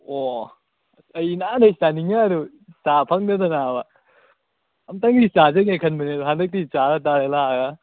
ꯑꯣ ꯑꯁ ꯑꯩ ꯅꯍꯥꯟꯗꯩ ꯆꯥꯅꯤꯡꯉꯦ ꯑꯗꯨ ꯆꯥꯕ ꯐꯪꯗꯗꯅꯕ ꯑꯝꯇꯪꯗꯤ ꯆꯥꯖꯒꯦ ꯈꯟꯕꯅꯤ ꯑꯗꯨ ꯍꯟꯗꯛꯇꯤ ꯆꯥꯔ ꯇꯥꯔꯦ ꯂꯥꯛꯑꯒ